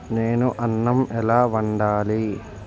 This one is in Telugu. నేను అన్నం ఎలా వండాలి